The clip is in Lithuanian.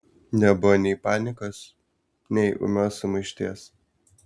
nebuvo nei panikos nei ūmios sumaišties